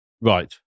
right